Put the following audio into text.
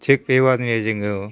थिक बेबायदिनो जोङो